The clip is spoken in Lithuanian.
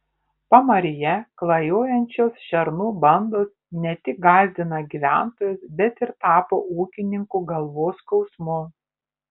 pamaryje klajojančios šernų bandos ne tik gąsdina gyventojus bet ir tapo ūkininkų galvos skausmu